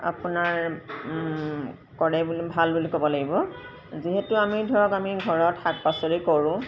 আপোনাৰ কৰে বুলি ভাল বুলি ক'ব লাগিব যিহেতু আমি ধৰক আমি ঘৰত শাক পাচলি কৰোঁ